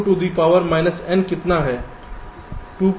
तो 2 to the power minus n कितना है